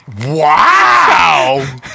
Wow